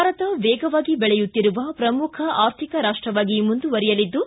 ಭಾರತ ವೇಗವಾಗಿ ದೆಳೆಯುತ್ತಿರುವ ಪ್ರಮುಖ ಆರ್ಥಿಕ ರಾಷ್ಟವಾಗಿ ಮುಂದುವರೆಯಲಿದ್ದು